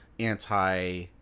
Anti